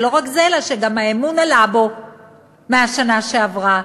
ולא רק זה, אלא שהאמון בו גם עלה מהשנה שעברה.